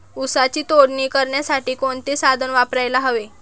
ऊसाची तोडणी करण्यासाठी कोणते साधन वापरायला हवे?